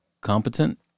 competent